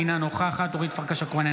אינה נוכחת אורית פרקש הכהן,